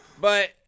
But-